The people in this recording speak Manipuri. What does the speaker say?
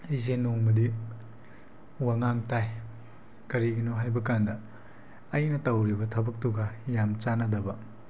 ꯑꯩꯁꯦ ꯅꯣꯡꯃꯗꯤ ꯋꯥꯉꯥꯡ ꯇꯥꯏ ꯀꯔꯤꯒꯤꯅꯣ ꯍꯥꯏꯕ ꯀꯥꯟꯗ ꯑꯩꯅ ꯇꯧꯔꯤꯕ ꯊꯕꯛꯇꯨꯒ ꯌꯥꯝ ꯆꯥꯟꯅꯗꯕ